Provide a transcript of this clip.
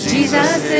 Jesus